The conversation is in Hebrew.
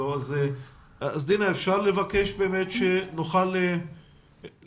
דינה, האם נוכל לקבל את הנתונים?